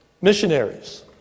missionaries